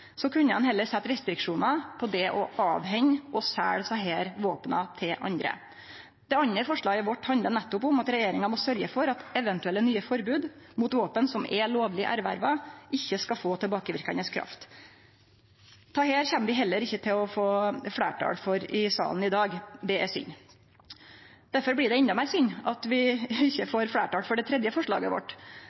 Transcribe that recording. Så kunne ein heller setje restriksjonar på det å avhende og selje desse våpna til andre. Det andre forslaget vårt handlar nettopp om at regjeringa må sørgje for at eventuelle nye forbod mot våpen som er lovleg erverva, ikkje skal få tilbakeverkande kraft. Dette kjem vi heller ikkje til å få fleirtal for i salen i dag. Det er synd. Derfor blir det endå meir synd at vi heller ikkje får fleirtal for det tredje forslaget vårt.